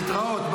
להתראות,